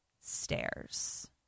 stairs